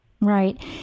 right